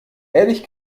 ehrlich